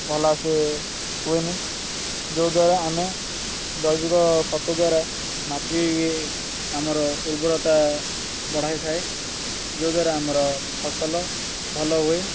ଭଲସେ ହୁଏନି ଯେଉଁ ଦ୍ୱାରା ଆମେ ଜୈବିକ ଖତ ଦ୍ୱାରା ମାଟି ଆମର ଉର୍ବରତା ବଢ଼ାଇ ଥାଏ ଯେଉଁ ଦ୍ୱାରା ଆମର ଫସଲ ଭଲ ହୁଏ